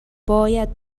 باید